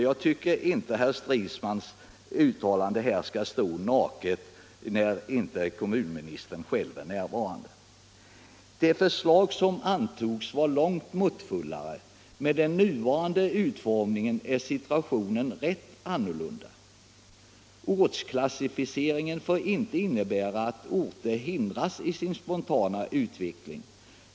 Jag tycker inte att herr Stridsmans uttalande skall få stå naket när inte kommunministern själv är närvarande. Jag citerar: ”Det förslag som antogs var långt måttfullare. Med den nuvarande utformningen är situationen rätt annorlunda. Ortsklassificeringen får inte innebära att orter hindras i sin spontana utveckling.